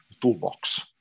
toolbox